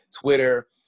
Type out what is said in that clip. Twitter